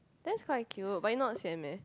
that's quite cute but you not sian meh